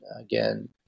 again